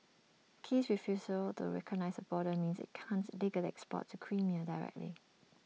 Kiev's refusal to recognise the border means IT can't legally export to Crimea directly